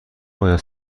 باید